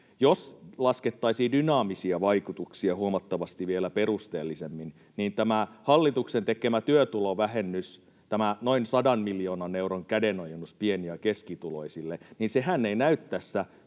jos laskettaisiin dynaamisia vaikutuksia huomattavasti vielä perusteellisemmin, niin tämä hallituksen tekemä työtulovähennys, tämä noin 100 miljoonan euron kädenojennus pieni- ja keskituloisille ei näy tässä